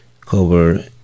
cover